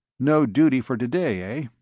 no duty for today, ah?